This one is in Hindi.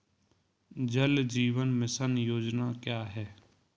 जल जीवन मिशन योजना क्या है?